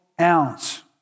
ounce